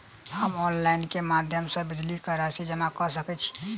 हम ऑनलाइन केँ माध्यम सँ बिजली कऽ राशि जमा कऽ सकैत छी?